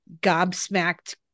gobsmacked